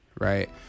right